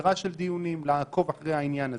סדרה של דיונים, לעקוב אחר העניין הזה.